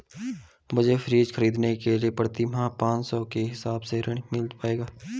मुझे फ्रीज खरीदने के लिए प्रति माह पाँच सौ के हिसाब से ऋण मिल पाएगा?